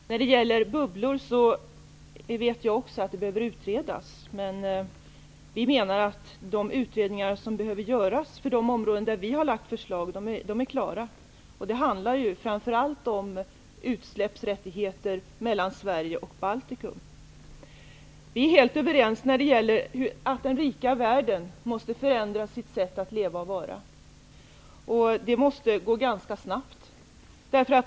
Herr talman! Jag vet att frågan om de s.k. bubblorna behöver utredas. Vi menar dock att utredningarna är klara när det gäller de områden där vi har lagt fram förslag. Det handlar framför allt om utsläppsrättigheter mellan Sverige och Vi är helt överens om att den rika världen måste förändra sitt sätt att leva och vara. Det måste gå ganska snabbt.